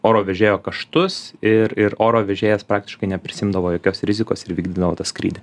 oro vežėjo kaštus ir ir oro vežėjas praktiškai neprisiimdavo jokios rizikos ir vykdydavo tą skrydį